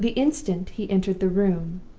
the instant he entered the room,